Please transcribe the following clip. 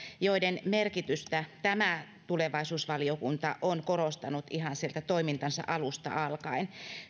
joiden merkitystä tulevaisuusvaliokunta on korostanut ihan sieltä toimintansa alusta alkaen